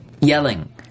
Yelling